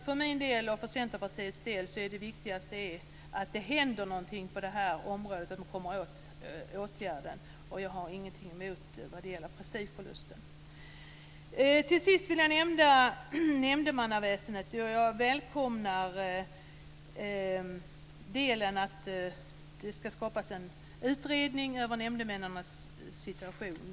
För min och Centerpartiets del är det viktigaste att det händer något på det här området och att man kommer åt åtgärden. Jag har inget emot prestigeförlusten. Till sist vill jag nämna nämndemannaväsendet. Jag välkomnar att det ska skapas en utredning när det gäller nämndemännens situation.